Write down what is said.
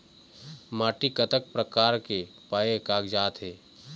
माटी कतक प्रकार के पाये कागजात हे?